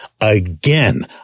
Again